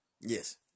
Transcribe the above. Yes